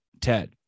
Ted